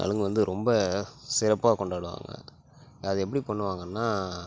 நலங்கு வந்து ரொம்ப சிறப்பாக கொண்டாடுவாங்க அது எப்படி பண்ணுவாங்கன்னா